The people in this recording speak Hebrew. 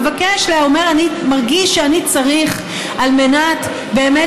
מבקש ואומר: אני מרגיש שאני צריך על מנת באמת